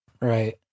Right